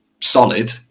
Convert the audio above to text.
solid